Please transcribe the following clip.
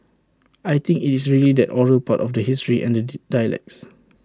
I think IT is really that oral part of the history and the dialects